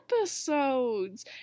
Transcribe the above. episodes